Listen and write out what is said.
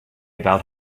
about